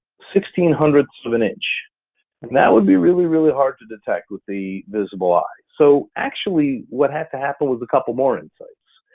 hundred ths of an inch. and that would be really, really hard to detect with the visible eye. so actually what has to happen with a couple more insights,